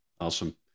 awesome